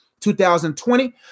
2020